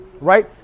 right